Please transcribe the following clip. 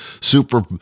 Super